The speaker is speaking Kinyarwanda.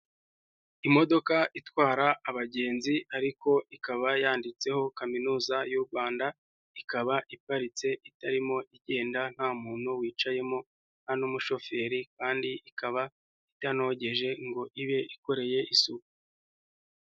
Imodoka itwara abagenzi ariko ikaba yanditseho Kaminuza y'u Rwanda, ikaba iparitse itarimo igenda nta muntu wicayemo nta n'umushoferi kandi ikaba itanogeje ngo ibe ikoreye isuku.